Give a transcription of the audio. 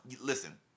listen